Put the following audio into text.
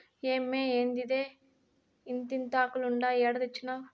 ఏమ్మే, ఏందిదే ఇంతింతాకులుండాయి ఏడ తెచ్చినారు